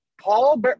paul